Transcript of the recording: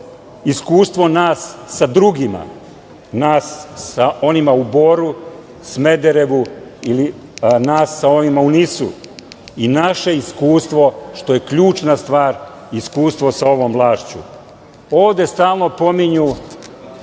iskustvo nas sa drugima, nas sa onima u Boru, Smederevu ili nas sa onima u NIS-u i naše iskustvo, što je ključna stvar, iskustvo sa ovom vlašću. Ovde stalno pominju